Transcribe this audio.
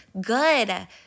good